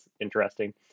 interesting